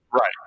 Right